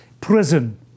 prison